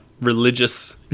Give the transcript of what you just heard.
religious